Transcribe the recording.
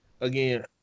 again